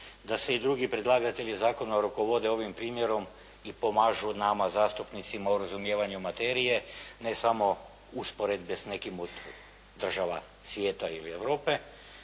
da se i drugi predlagatelji zakona rukovode ovim primjerom i pomažu nama zastupnicima u razumijevanju materije, ne samo usporedbe s nekim od država svijeta ili Europe